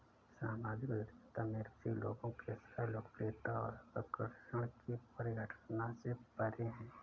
सामाजिक उद्यमिता में रुचि लोगों के साथ लोकप्रियता और आकर्षण की परिघटना से परे है